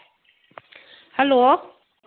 hello